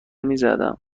میزدم